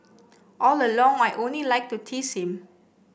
all along I only like to tease him